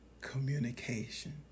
Communication